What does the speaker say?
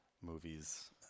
movie's